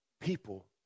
people